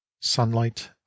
sunlight